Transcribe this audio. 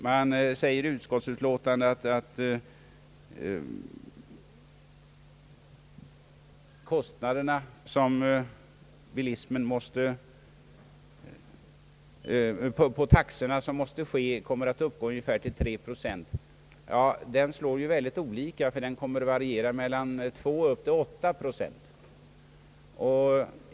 Man säger i utskottets utlåtande att ökningen av taxorna kommer att uppgå till ungefär 3 procent. Kostnadshöjningen utfaller mycket olika och kommer att variera från 2 och upp till 8 procent.